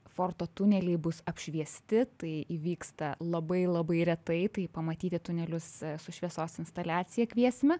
forto tuneliai bus apšviesti tai įvyksta labai labai retai tai pamatyti tunelius su šviesos instaliacija kviesime